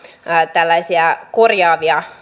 tällaisia korjaavia